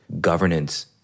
governance